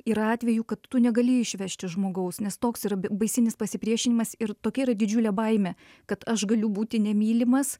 yra atvejų kad tu negali išvežti žmogaus nes toks baisinis pasipriešinimas ir tokia yra didžiulė baimė kad aš galiu būti nemylimas